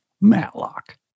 Matlock